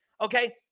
Okay